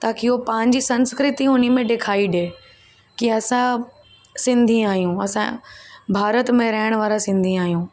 ताकि हू पंहिंजी संस्कृति हुन में ॾेखाई ॾे कि असां सिंधी आहियूं असां भारत में रहण वारा सिंधी आहियूं